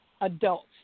adults